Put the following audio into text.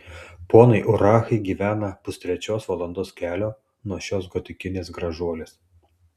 ponai urachai gyvena pustrečios valandos kelio nuo šios gotikinės gražuolės